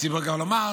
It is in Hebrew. הציבור צריך לומר,